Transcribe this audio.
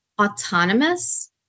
autonomous